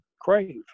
crave